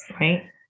right